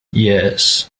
yes